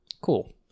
Cool